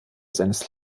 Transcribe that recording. seines